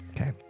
Okay